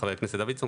חבר הכנסת דוידסון,